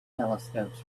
telescopes